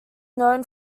known